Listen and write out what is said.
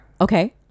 Okay